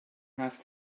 have